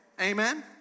Amen